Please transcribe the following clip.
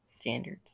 standards